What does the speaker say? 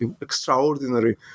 extraordinary